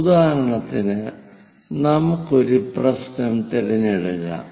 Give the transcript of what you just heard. ഉദാഹരണത്തിന് നമുക്ക് ഒരു പ്രശ്നം തിരഞ്ഞെടുക്കാം